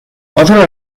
other